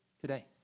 today